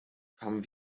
kamen